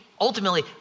ultimately